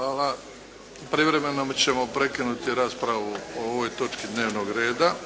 Hvala. Privremeno ćemo prekinuti raspravu o ovoj točki dnevnog reda.